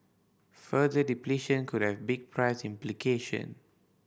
further depletion could have big price implication